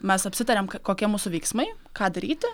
mes apsitariam kokie mūsų veiksmai ką daryti